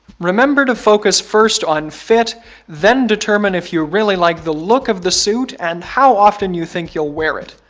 remember to focus first on fit then determine if you really like the look of the suit and how often you think you will wear it.